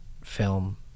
film